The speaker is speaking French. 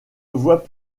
voie